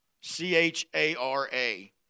C-H-A-R-A